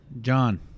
John